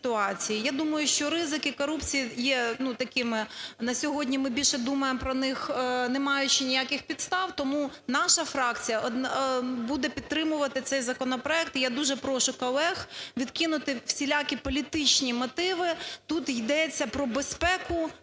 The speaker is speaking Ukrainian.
Я думаю, що ризик і корупція є такими, на сьогодні ми більше думаємо про них, не маючи ніяких підстав, тому наша фракція буде підтримати цей законопроект. І я дуже прошу колеги відкинути всілякі політичні мотиви. Тут йдеться про безпеку